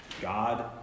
God